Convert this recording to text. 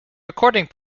recording